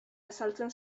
azaltzen